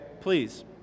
Please